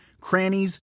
crannies